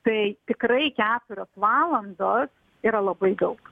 tai tikrai keturios valandos yra labai daug